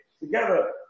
together